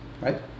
Right